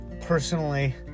personally